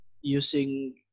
using